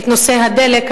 בנושא הדלק,